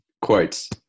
quotes